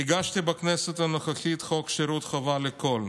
הגשתי בכנסת הנוכחית חוק שירות חובה לכול.